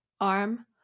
arm